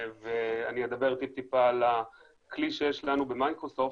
אדבר על הכלי שיש לנו במיקרוסופט,